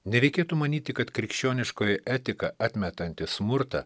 nereikėtų manyti kad krikščioniškoji etika atmetanti smurtą